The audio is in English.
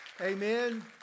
Amen